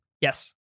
Yes